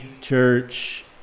church